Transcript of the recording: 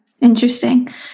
interesting